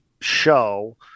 show